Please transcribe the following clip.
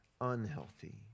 unhealthy